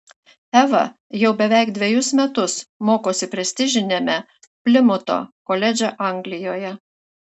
eva jau beveik dvejus metus mokosi prestižiniame plimuto koledže anglijoje